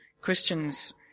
Christians